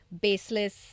baseless